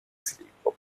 filippo